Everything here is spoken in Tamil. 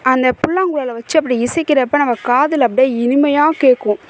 அந்த புல்லாங்குழலை வச்சு அப்படி இசைக்கிறப்போ நம்ம காதில் அப்படியே இனிமையாக கேட்கும்